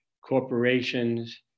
corporations